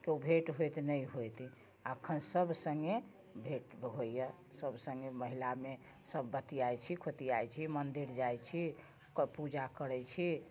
केओ भेंट होयत नहि होयत अखन सब सङ्गे भेट होइया सब सङ्गे महिलामे सब बतियाइत छी खोतियाइत छी मंदिर जाइत छी पूजा करैत छी